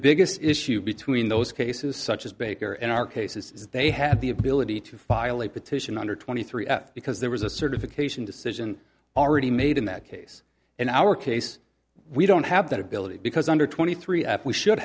biggest issue between those cases such as baker in our case is they have the ability to file a petition under twenty three up because there was a certification decision already made in that case in our case we don't have that ability because under twenty three up we should